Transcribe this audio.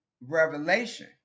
Revelation